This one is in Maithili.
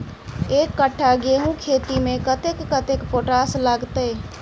एक कट्ठा गेंहूँ खेती मे कतेक कतेक पोटाश लागतै?